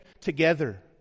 together